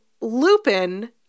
Lupin